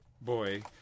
boy